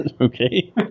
Okay